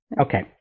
Okay